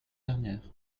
dernière